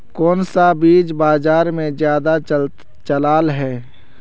कोन सा बीज बाजार में ज्यादा चलल है?